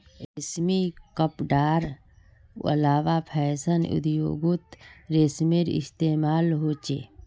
रेशमी कपडार अलावा फैशन उद्द्योगोत रेशमेर इस्तेमाल होचे